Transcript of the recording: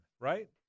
right